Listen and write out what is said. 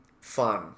fun